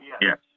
Yes